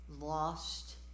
lost